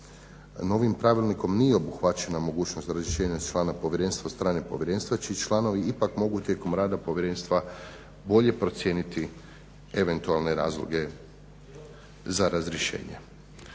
Novim pravilnikom nije obuhvaćena mogućnost razrješenja člana povjerenstva od strane povjerenstva čiji članovi ipak mogu tijekom rada povjerenstva bolje procijeniti eventualne razloge za razrješenje.